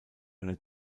eine